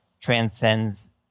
transcends